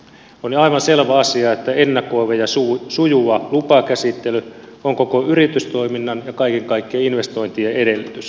on aivan selvä asia että ennakoiva ja sujuva lupakäsittely on koko yritystoiminnan ja kaiken kaikkiaan investointien edellytys